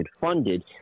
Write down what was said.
funded